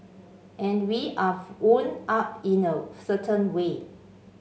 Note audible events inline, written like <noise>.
and we are <unintelligible> wound up in know certain way